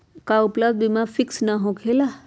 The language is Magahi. का उपलब्ध बीमा फिक्स न होकेला?